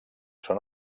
són